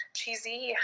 cheesy